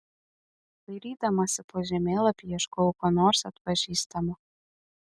dairydamasi po žemėlapį ieškojau ko nors atpažįstamo